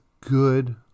good